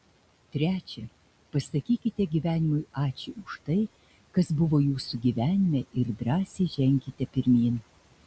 trečia pasakykite gyvenimui ačiū už tai kas buvo jūsų gyvenime ir drąsiai ženkite pirmyn